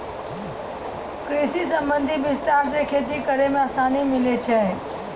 कृषि संबंधी विस्तार से खेती करै मे आसानी मिल्लै छै